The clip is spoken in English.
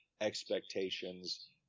expectations